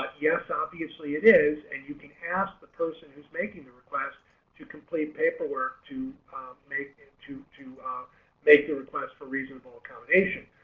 yes obviously it is and you can ask the person who's making the request to complete paperwork to make to to make the request for reasonable accommodation.